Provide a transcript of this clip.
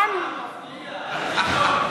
לא ניתן.